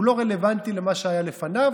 הוא לא רלוונטי למה שהיה לפניו,